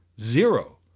zero